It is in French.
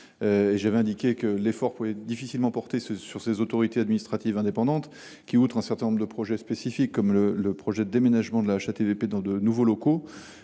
j’avais indiqué que l’effort pouvait difficilement porter sur les autorités administratives indépendantes. Au delà d’un certain nombre de projets spécifiques tels que le déménagement dans de nouveaux locaux